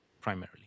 primarily